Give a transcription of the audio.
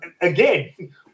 Again